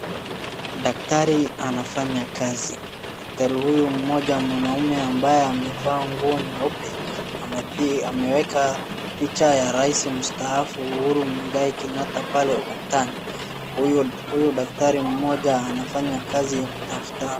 Daktari anafanya kazi, daktari huyu mmoja mwanaume ambaye amevaa nguo nyeupe ameweka picha ya rais mstaafu Uhuru Mwigai Kenyatta pale ukutani. Huyu daktari mmoja anafanya kazi ya kutafuta.